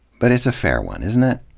but it's a fair one, isn't it?